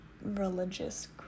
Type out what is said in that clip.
religious